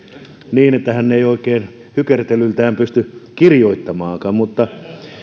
niin että hän ei oikein hykertelyltään pysty kirjoittamaankaan